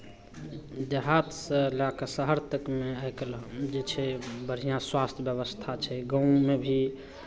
देहातसँ लऽ कऽ शहर तकमे आइ काल्हि जे छै बढ़िआँ स्वास्थ्य व्यवस्था छै गाँवमे भी